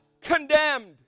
condemned